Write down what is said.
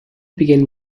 begin